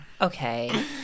okay